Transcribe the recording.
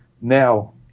now